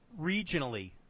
regionally